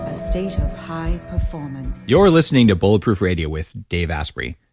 a state of high performance you're listening to bulletproof radio with dave asprey.